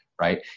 right